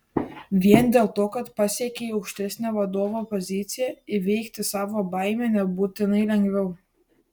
vien dėl to kad pasiekei aukštesnę vadovo poziciją įveikti savo baimę nebūtinai lengviau